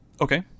Okay